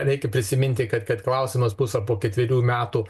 reikia prisiminti kad kad klausimas bus ar po ketverių metų